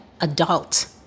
adult